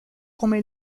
come